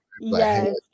Yes